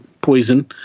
poison